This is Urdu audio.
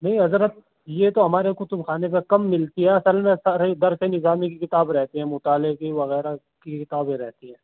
نہیں حضرت یہ تو ہمارے کتب خانے پر کم ملتی ہے اصل میں سارے ہی درسِ نظامی کی کتاب رہتی ہے مطالعے کی وغیرہ کی کتابیں رہتی ہیں